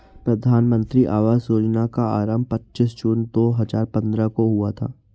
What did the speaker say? प्रधानमन्त्री आवास योजना का आरम्भ पच्चीस जून दो हजार पन्द्रह को हुआ था